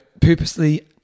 purposely